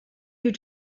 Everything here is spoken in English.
you